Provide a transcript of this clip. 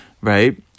right